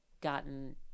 gotten